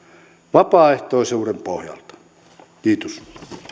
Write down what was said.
vapaaehtoisuuden pohjalta kiitos